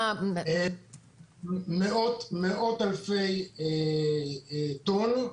מאות אלפי טון.